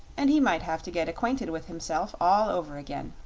and he might have to get acquainted with himself all over again.